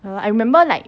well I remember like